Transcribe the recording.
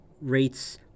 rates